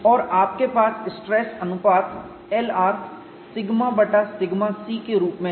और आपके पास स्ट्रेस अनुपात Lr σ बटा σc के रूप में है